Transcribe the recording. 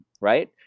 right